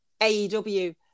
AEW